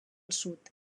sud